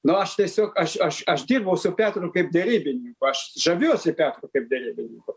nu aš tiesiog aš aš aš dirbau su petru kaip derybininku aš žaviuosi petru kaip derybininku